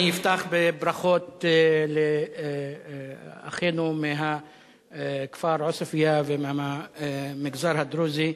אני אפתח בברכות לאחינו מהכפר עוספיא ומהמגזר הדרוזי,